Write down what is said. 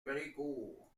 brécourt